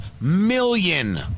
million